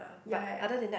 ya ya